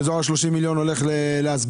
באזור ה-30 מיליון שקלים הולכים להסברה.